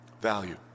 Value